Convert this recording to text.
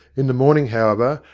in the morning, however,